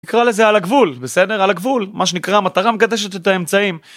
נקרא לזה על הגבול, בסדר על הגבול, מה שנקרא מטרה מקדשת את האמצעים